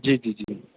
ਜੀ ਜੀ ਜੀ